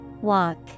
Walk